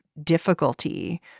difficulty